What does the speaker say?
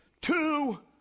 two